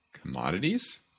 commodities